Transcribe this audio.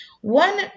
one